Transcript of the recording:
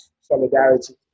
solidarity